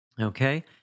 Okay